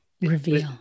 reveal